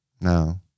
No